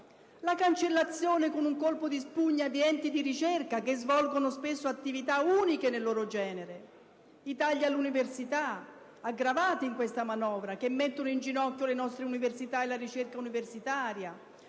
la cancellazione con un colpo di spugna di enti di ricerca che svolgono spesso attività uniche nel loro genere; i tagli all'università, aggravati dalla manovra, che mettono in ginocchio le nostre università e la ricerca universitaria;